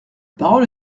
parole